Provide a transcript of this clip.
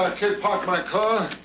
kid, park my car.